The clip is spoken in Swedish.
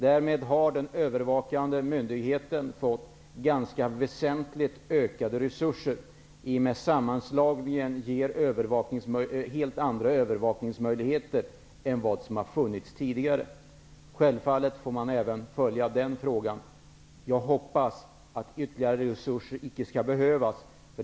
Därmed har den övervakande myndigheten fått ganska väsentligt ökade resurser. I och med sammanslagningen får den helt andra övervakningsmöjligheter än vad som tidigare funnits. Självfallet skall även den frågan följas. Jag hoppas att ytterligare resurser inte skall behövas.